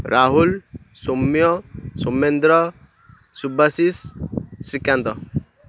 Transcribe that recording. Rahul Soumya Somendra Subashish Srikanth